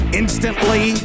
instantly